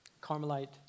Carmelite